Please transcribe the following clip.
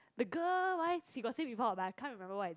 the girl wise you got say before but I can't remember what is it